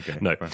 No